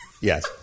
Yes